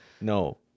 no